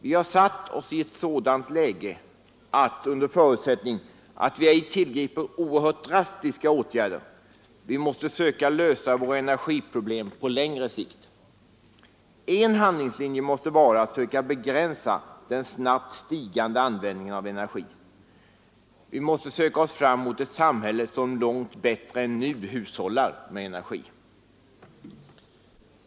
Vi har försatt oss i ett sådant läge att vi, under förutsättning att vi ej tillgriper oerhört drastiska åtgärder, måste söka lösa våra energiproblem på längre sikt. En handlingslinje måste vara att söka begränsa den snabbt stigande användningen av energi. Vi måste söka oss fram mot ett samhälle som långt bättre än nu hushållar med energi.